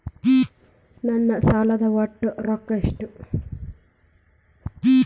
ನನ್ನ ಸಾಲದ ಒಟ್ಟ ರೊಕ್ಕ ಎಷ್ಟು?